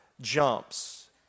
jumps